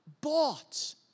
Bought